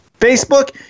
Facebook